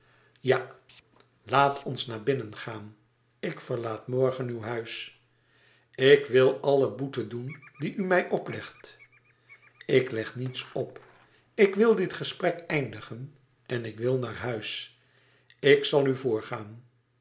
ja laat ons naar binnen gaan ik verlaat morgen uw huis ik wil alle boete doen die u mij oplegt ik leg niets op ik wil dit gesprek eindigen en ik wil naar huis ik zal u voorgaan